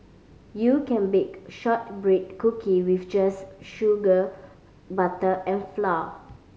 you can bake shortbread cookie just with sugar butter and flour